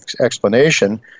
explanation